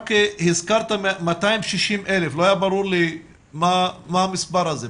הזכרת 260,000 ילדים, לא ברור לי מה המספר הזה.